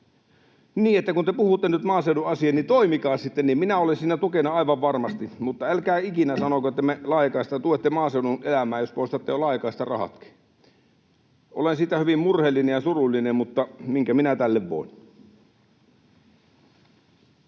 pimenee. Kun te puhutte nyt maaseudun asiaa, niin toimikaa sitten niin. Minä olen siinä tukena aivan varmasti. Mutta älkää ikinä sanoko, että tuette maaseudun elämää, jos poistatte laajakaistan rahatkin. Olen siitä hyvin murheellinen ja surullinen, mutta minkä minä tälle voin.